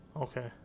Okay